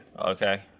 Okay